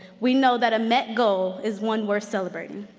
we know that a met goal is one worth celebrating.